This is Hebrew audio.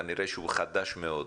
כנראה שהוא חדש מאוד.